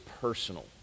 personal